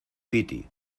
piti